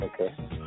Okay